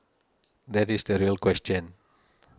that is the real question